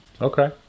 Okay